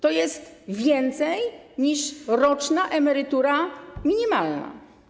To jest więcej niż roczna emerytura minimalna.